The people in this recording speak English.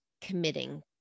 committing